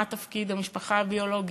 מה תפקיד המשפחה הביולוגית,